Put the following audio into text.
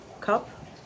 cup